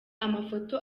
amafoto